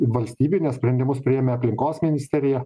valstybinės sprendimus priėmė aplinkos ministerija